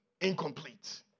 Incomplete